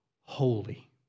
holy